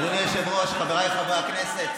אדוני היושב-ראש, חבריי חברי הכנסת,